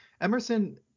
Emerson